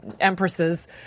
empresses